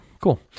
cool